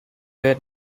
were